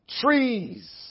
trees